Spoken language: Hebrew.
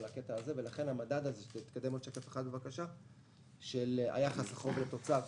הקטע הזה ולכן המדד הזה של יחס החוב לתוצר,